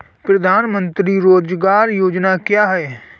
प्रधानमंत्री रोज़गार योजना क्या है?